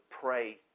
pray